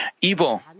evil